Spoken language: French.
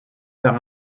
par